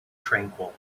tranquil